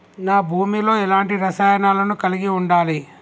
నా భూమి లో ఎలాంటి రసాయనాలను కలిగి ఉండాలి?